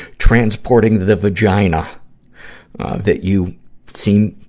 transporting the vagina that you seem,